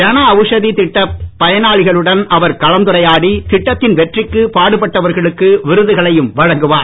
ஜன அவுஷதி திட்டப் பயனாளிகளுடன் அவர் கலந்துரையாடி திட்டத்தின் வெற்றிக்குப் பாடுபட்டவர்களுக்கு விருதுகளையும் வழங்குவார்